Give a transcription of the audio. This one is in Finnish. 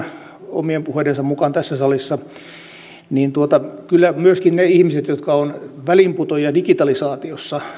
omien puheidensa mukaan tässä salissa kyllä myöskin ne ihmiset jotka ovat väliinputoajia digitalisaatiossa